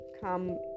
come